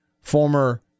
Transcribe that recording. former